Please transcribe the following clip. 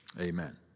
Amen